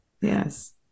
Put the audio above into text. Yes